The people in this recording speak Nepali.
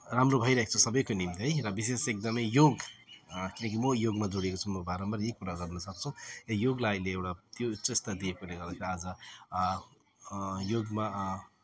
राम्रो भइरहेको छ सबै पनि है र विशेष एकदम योग किनकि म योगमा जोडिएको छु म बारम्बार यही कुरा गर्नु सक्छु यो योगलाई अहिले एउटा त्यो स्थान दिएकोले गर्दा आज योगमा